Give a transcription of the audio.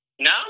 No